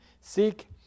Seek